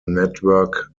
network